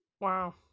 Wow